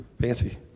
Fancy